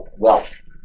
Wealth